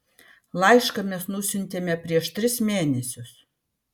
laišką mes nusiuntėme prieš tris mėnesius